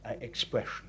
expression